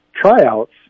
tryouts